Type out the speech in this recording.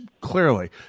clearly